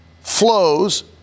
flows